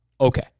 okay